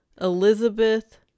Elizabeth